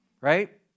right